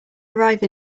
arrive